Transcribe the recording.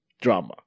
drama